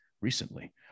recently